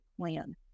plan